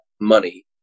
money